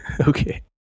Okay